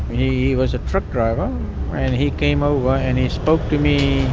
he was a truck driver, and he came over ah and he spoke to me,